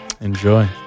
Enjoy